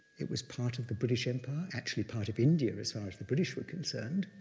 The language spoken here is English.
it was part of the british empire, actually part of india as far as the british were concerned,